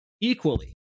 equally